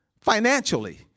Financially